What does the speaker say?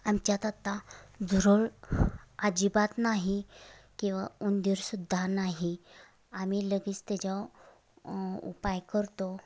आमच्यात आता झुरळ अजिबात नाही किंवा उंदीरसुद्धा नाही आम्ही लगेच त्याच्याव उपाय करतो